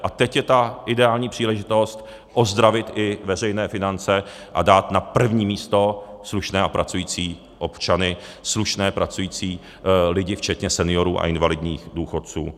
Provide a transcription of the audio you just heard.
A teď je ta ideální příležitost ozdravit i veřejné finance a dát na první místo slušné a pracující občany, slušné a pracující lidi včetně seniorů a invalidních důchodců.